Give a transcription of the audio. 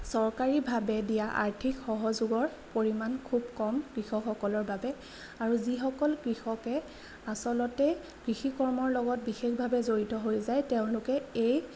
চৰকাৰীভাৱে দিয়া আৰ্থিক সহযোগৰ পৰিমাণ খুব কম কৃষকসকলৰ বাবে আৰু যিসকল কৃষকে আচলতে কৃষি কৰ্মৰ লগত বিশেষভাৱে জড়িত হৈ যায় তেওঁলোকে এই